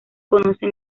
conoce